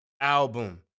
album